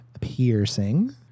piercing